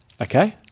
Okay